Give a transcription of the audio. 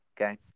okay